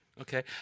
Okay